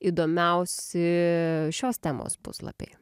įdomiausi šios temos puslapiai